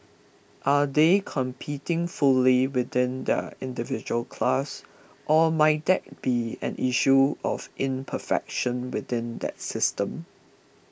are they competing fully within their individual class or might that be an issue of imperfection within that system